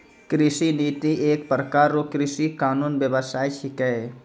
कृषि नीति एक प्रकार रो कृषि कानून व्यबस्था छिकै